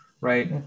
right